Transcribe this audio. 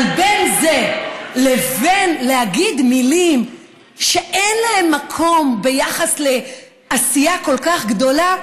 אבל בין זה לבין להגיד מילים שאין להם מקום ביחס לעשייה כל כך גדולה,